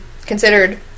considered